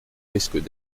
risquent